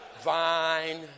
vine